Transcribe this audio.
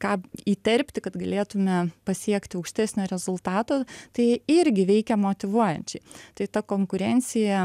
ką įterpti kad galėtume pasiekti aukštesnio rezultato tai irgi veikia motyvuojančiai tai ta konkurencija